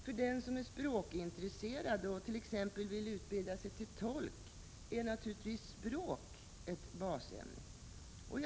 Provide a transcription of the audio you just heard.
För den som är språkintresserad och t.ex. vill utbilda sig till tolk är naturligtvis språk ett basämne.